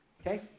Okay